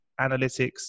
Analytics